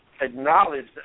acknowledge